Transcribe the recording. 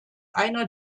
einer